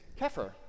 kefir